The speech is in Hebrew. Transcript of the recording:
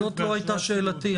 זאת לא הייתה שאלתי.